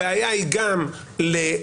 הבעיה היא גם בענישה,